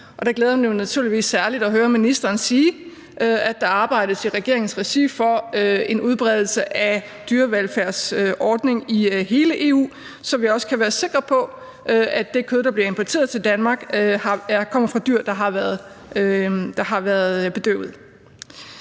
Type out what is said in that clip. mig naturligvis særligt at høre ministeren sige, at der arbejdes i regeringens regi for en udbredelse af en dyrevelfærdsordning i hele EU, så vi også kan være sikre på, at det kød, der bliver importeret til Danmark, kommer fra dyr, der har været bedøvet.